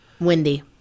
Wendy